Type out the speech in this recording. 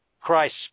Christ